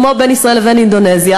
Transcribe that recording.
כמו בין ישראל לבין אינדונזיה,